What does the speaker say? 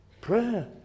Prayer